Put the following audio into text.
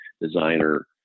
designer